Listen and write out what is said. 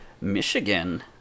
Michigan